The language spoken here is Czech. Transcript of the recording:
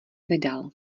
vydal